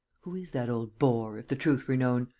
who is that old bore, if the truth were known?